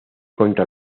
contra